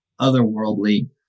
otherworldly